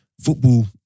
Football